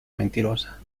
mentirosa